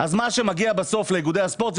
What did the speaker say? מה שמגיע בסוף לאיגודי הספורט,